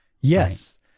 Yes